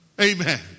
amen